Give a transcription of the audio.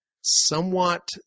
somewhat